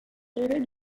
eren